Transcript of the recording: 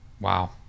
Wow